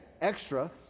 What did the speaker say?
extra